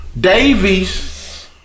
Davies